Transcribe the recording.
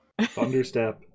Thunderstep